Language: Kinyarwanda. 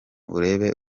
urebe